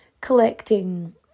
collecting